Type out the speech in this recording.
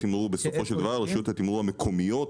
רשויות התמרור המקומיות,